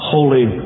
Holy